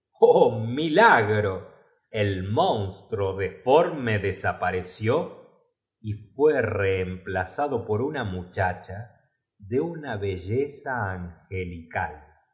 milagro el monstruo deforme desapareció y fué reemplazado por una muchacha de una be